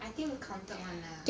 I think will counted [one] lah